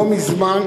לא מזמן,